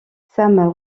sam